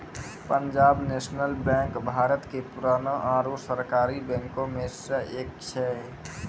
Punjab National Bank Bharat के पुराना आरु सरकारी बैंको मे से एक छै